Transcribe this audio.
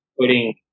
putting